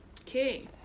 Okay